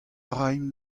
raimp